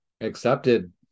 accepted